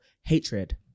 hatred